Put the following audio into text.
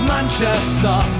Manchester